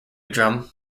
drum